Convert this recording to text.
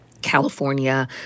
California